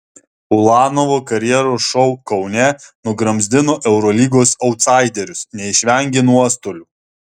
ulanovo karjeros šou kaune nugramzdino eurolygos autsaiderius neišvengė nuostolių